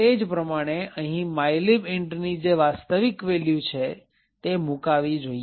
તે જ પ્રમાણે અહીં mylib int ની જે વાસ્તવિક વેલ્યુ છે તે મુકાવી જોઈએ